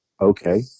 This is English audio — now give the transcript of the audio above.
okay